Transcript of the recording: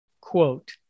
quote